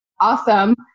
awesome